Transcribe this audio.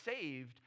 saved